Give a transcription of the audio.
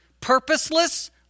purposeless